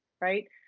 right